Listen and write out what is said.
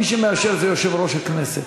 מי שמאשר זה יושב-ראש הכנסת.